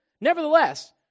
Nevertheless